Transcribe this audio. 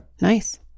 nice